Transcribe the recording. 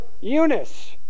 Eunice